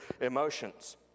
emotions